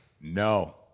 No